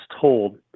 told